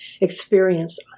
experience